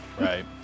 Right